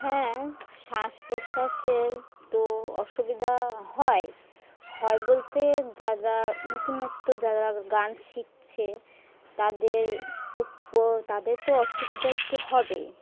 হ্যাঁ শ্বাস প্রশ্বাসের তো অসুবিধা হয় হয় বলতে যারা নতুনত্ব যারা গান শিখছে তাদের তো তাদের তো অসুবিধা একটু হবেই